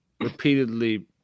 repeatedly